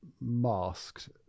masked